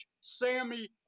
Sammy